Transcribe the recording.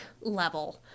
level